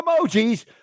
emojis